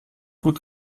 gut